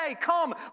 come